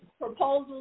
proposals